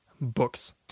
books